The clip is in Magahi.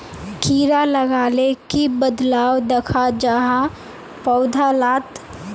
कीड़ा लगाले की बदलाव दखा जहा पौधा लात?